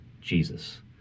Jesus